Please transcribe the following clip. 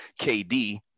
KD